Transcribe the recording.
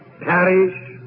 perish